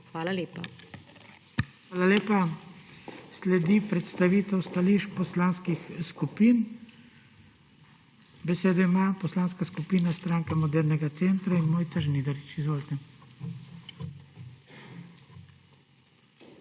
SIMONOVIČ: Hvala lepa. Sledi predstavitev stališč poslanskih skupin. Besedo ima Poslanska skupina Stranke modernega centra in Mojca Žnidarič. Izvolite.